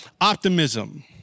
optimism